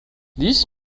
this